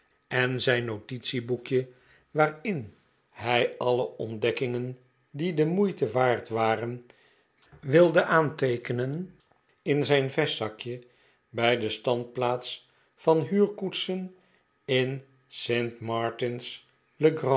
en zijn notitieboekje waarin hij alle ontdekkingen die de moeite waard waren wilde aanteekenen in zijn vestzakje bij de standplaats van huurkoetsen in